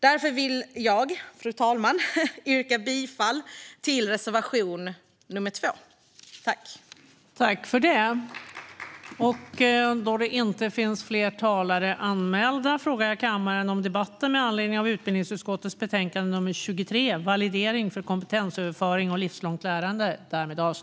Därför yrkar jag, fru talman, bifall till reservation 2.